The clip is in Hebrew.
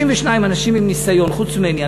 52 אנשים עם ניסיון, חוץ ממני.